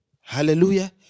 Hallelujah